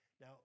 Now